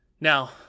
Now